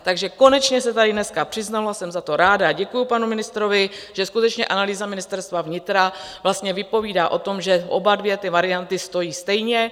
Takže konečně se tady dneska přiznalo, jsem za to ráda, a děkuji panu ministrovi, že skutečně analýza Ministerstva vnitra vlastně vypovídá o tom, že obě dvě ty varianty stojí stejně.